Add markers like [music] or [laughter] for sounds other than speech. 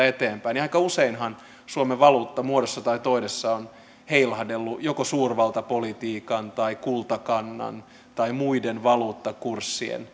[unintelligible] eteenpäin niin aika useinhan suomen valuutta muodossa tai toisessa on heilahdellut joko suurvaltapolitiikan kultakannan tai muiden valuuttakurssien [unintelligible]